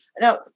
Now